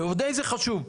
ועוד איזה חשוב.